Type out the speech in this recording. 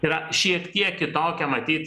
yra šiek tiek kitokia matyt